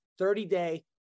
30-day